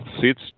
seats